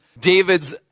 David's